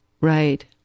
right